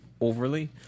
overly